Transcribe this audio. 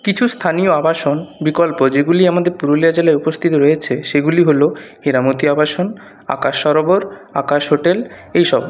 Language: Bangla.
কিছু স্থানীয় আবাসন বিকল্প যেগুলি আমাদের পুরুলিয়া জেলায় উপস্থিত রয়েছে সেগুলি হল হীরামতি আবাসন আকাশ সরোবর আকাশ হোটেল এই সব